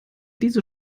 diese